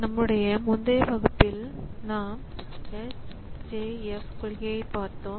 நம்முடைய முந்தைய வகுப்பில் நாம் SJF கொள்கையைப் பார்த்தோம்